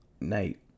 Night